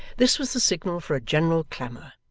this was the signal for a general clamour,